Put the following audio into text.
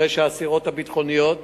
הרי האסירות הביטחוניות